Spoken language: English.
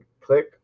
click